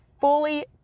fully